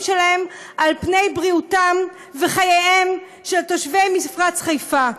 שלהן על פני בריאותם וחייהם של תושבי מפרץ חיפה.